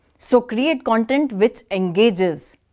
so create content which engages.